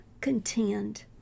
contend